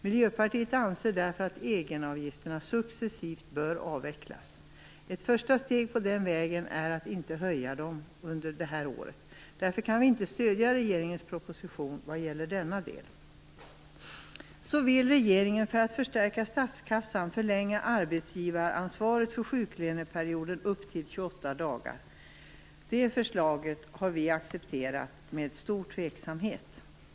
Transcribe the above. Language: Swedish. Miljöpartiet vill därför att egenavgifterna successivt bör avvecklas. Ett första steg är att inte höja dem under detta år. Därför kan vi inte stödja förslagen i regeringens proposition vad gäller denna del. För att förstärka statskassan vill regeringen förlänga arbetsgivaransvaret för sjuklöneperioden upp till 28 dagar. Det förslaget accepterar vi med stor tveksamhet.